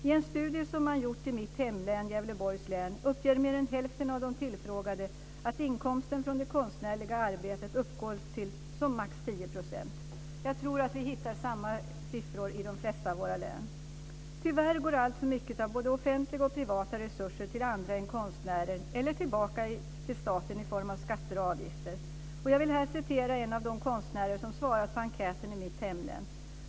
I en studie som man gjort i mitt hemlän, Gävleborgs län, uppger mer än hälften av de tillfrågade att inkomsten från det konstnärliga arbetet uppgår till som max 10 %. Jag tror att vi hittar samma siffror i de flesta av våra län. Tyvärr går alltför mycket av både offentliga och privata resurser till andra än konstnären eller tillbaka till staten i form av skatter och avgifter. Jag vill här citera en av de konstnärer som svarat på enkäten i mitt hemlän.